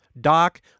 Doc